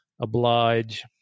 oblige